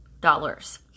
dollars